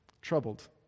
troubled